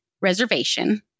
reservation